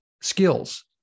skills